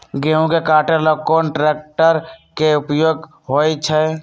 गेंहू के कटे ला कोंन ट्रेक्टर के उपयोग होइ छई?